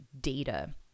data